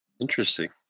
Interesting